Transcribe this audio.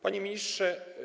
Panie Ministrze!